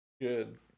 Good